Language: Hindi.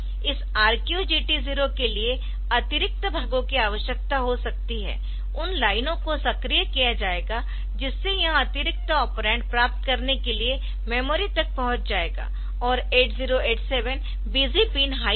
इस RQ GT0 के लिए अतिरिक्त भागों की आवश्यकता हो सकती है उन लाइनों को सक्रिय किया जाएगा जिससे यह अतिरिक्त ऑपरेंड प्राप्त करने के लिए मेमोरी तक पहुंच जाएगा और 8087 बिजी पिन हाई है